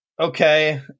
okay